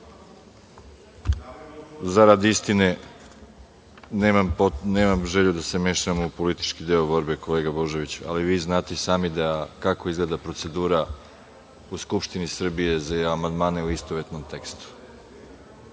istine, nemam želju da se mešam u politički deo borbe, kolega Božoviću, ali vi znate i sami kako izgleda procedura u Skupštini Srbiji za amandmane u istovetnom tekstu